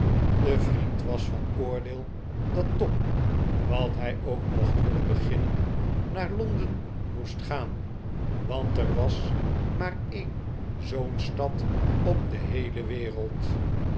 de vriend was van oordeel dat tom wat hij ook mocht willen beginnen naar londen moest gaan want er was maar een zoo'n stad op de heele wereld